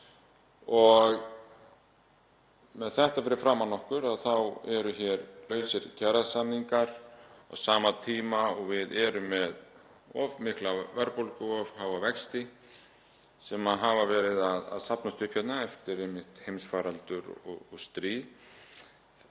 Með þetta fyrir framan okkur þá eru hér lausir kjarasamningar á sama tíma og við erum með of mikla verðbólgu og of háa vexti sem hafa verið að safnast upp hérna eftir heimsfaraldur og stríð.